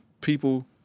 people